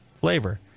Flavor